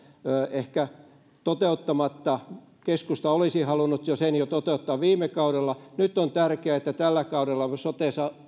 toteuttamatta keskusta olisi halunnut sen toteuttaa jo viime kaudella nyt on tärkeää että tällä kaudella sote